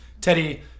Teddy